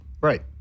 Right